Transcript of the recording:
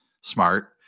smart